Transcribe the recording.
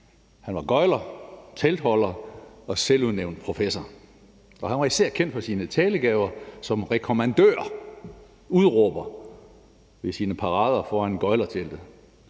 Han var gøgler, teltholder og selvudnævnt professor, og han var især kendt for sine talegaver som rekommandør, udråber, ved sine parader foran gøglerteltet.